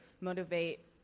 motivate